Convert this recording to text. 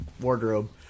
wardrobe